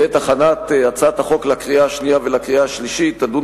בעת הכנת הצעת החוק לקריאה השנייה ולקריאה השלישית תדון